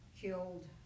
killed